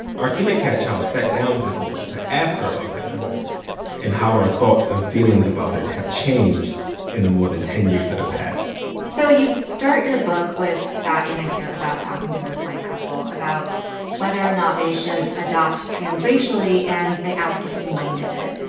our teammate kat chow sat down with nicole to ask her about that memory and how her thoughts and feelings about it have changed in the more than ten years that have passed so you start your book with that anecdote, about talking to this white couple about whether or not they should adopt transracially, and they ask if you minded it.